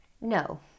No